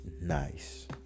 nice